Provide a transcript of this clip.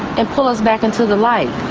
and pull us back into the light,